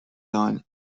none